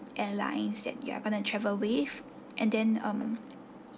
airlines that you are going to travel with and then um